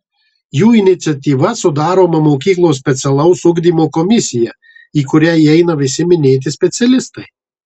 jų iniciatyva sudaroma mokyklos specialaus ugdymo komisija į kurią įeina visi minėti specialistai